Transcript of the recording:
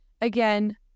again